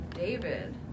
David